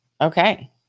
Okay